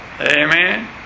Amen